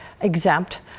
exempt